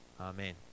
Amen